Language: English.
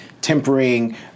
tempering